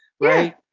Right